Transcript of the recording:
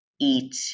eat